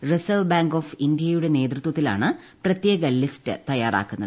reserve bank of ഇന്ത്യയുടെ നേതൃത്വത്തിലാണ് പ്രത്യേക ലിസ്റ്റ് തയ്യാറാക്കുന്നത്